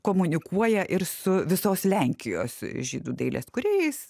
komunikuoja ir su visos lenkijos žydų dailės kūrėjais